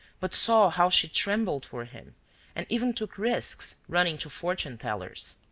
but saw how she trembled for him and even took risks, running to fortune-tellers.